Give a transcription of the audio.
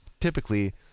typically